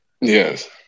yes